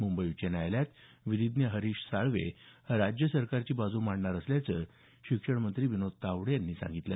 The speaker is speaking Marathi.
मुंबई उच्च न्यायालयात विधीज्ञ हरीश साळवे राज्य सरकारची बाजू मांडणार असल्याचं शिक्षण मंत्री विनोद तावडे यांनी सांगितलं